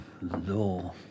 law